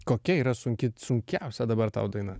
kokia yra sunki sunkiausia dabar tau daina